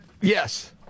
Yes